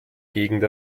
gegend